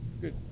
good